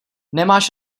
nemáš